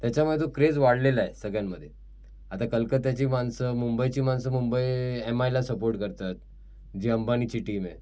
त्याच्यामुळे तो क्रेज वाढलेला आहे सगळ्यांमध्ये आता कलकत्त्याची माणसं मुंबईची माणसं मुंबई एम आयला सपोर्ट करतात जी अंबानीची टीम आहे